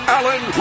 Allen